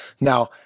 now